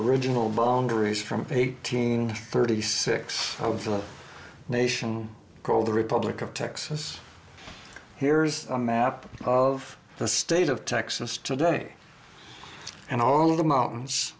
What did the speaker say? original boundaries from eighteen thirty six of the nation called the republic of texas here's a map of the state of texas today and all of the mountains